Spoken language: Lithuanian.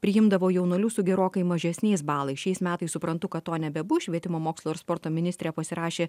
priimdavo jaunuolius su gerokai mažesniais balais šiais metais suprantu kad to nebebus švietimo mokslo ir sporto ministrė pasirašė